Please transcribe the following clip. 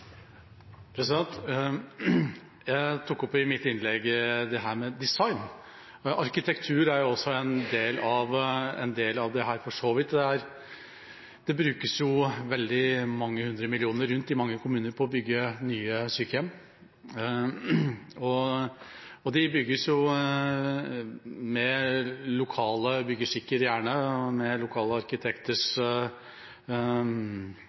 Jeg tok opp i mitt innlegg dette med design. Arkitektur er jo også en del av dette for så vidt. Det brukes veldig mange hundre millioner kroner rundt i mange kommuner på å bygge nye sykehjem, og de bygges med lokale byggeskikker og gjerne med lokale arkitekters